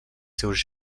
seus